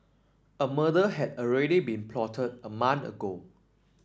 a murder had already been plotted a month ago